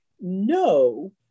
no